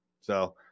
So-